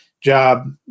job